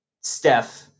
Steph